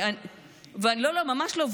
לא לא, ממש לא.